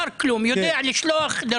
יודע לשלוח.